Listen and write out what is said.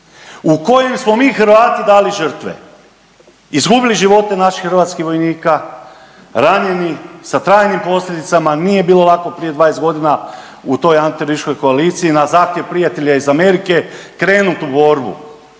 u kojem smo mi Hrvati dali žrtve, izgubili živote naših hrvatskih vojnika, ranjeni sa trajnim posljedicama. Nije bilo lako prije 20 godina u toj anti… koaliciji na zahtjev prijatelja iz Amerike krenut u borbu.